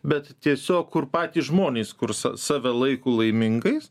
bet tiesiog kur patys žmonės kurs sa save laiku laimingais